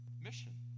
mission